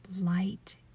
light